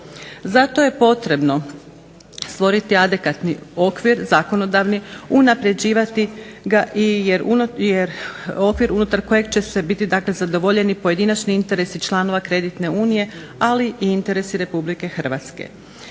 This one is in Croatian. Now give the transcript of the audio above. Zato je potrebno stvoriti adekvatni okvir zakonodavni, unapređivati ga jer okvir unutar kojeg će biti, dakle zadovoljeni pojedinačni interesi članova kreditne unije ali i interesi Republike Hrvatske.